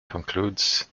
concludes